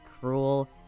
cruel